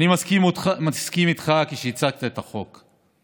הסכמתי איתך כאשר הצגת את החוק.